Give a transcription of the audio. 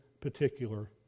particular